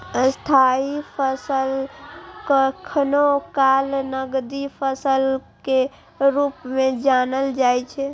स्थायी फसल कखनो काल नकदी फसल के रूप मे जानल जाइ छै